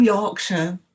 Yorkshire